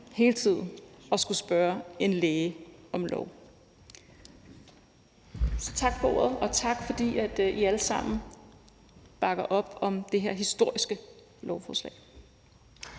hele tiden at skulle spørge en læge om lov. Tak for ordet, og tak, fordi I alle sammen bakker op om det her historiske lovforslag.